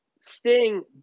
Sting